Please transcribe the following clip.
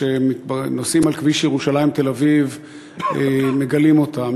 שנוסעים על כביש ירושלים תל-אביב מגלים אותה.